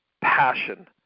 passion